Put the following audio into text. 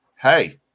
Hey